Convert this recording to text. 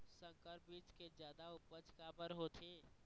संकर बीज के जादा उपज काबर होथे?